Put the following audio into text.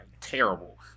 Terrible